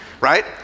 right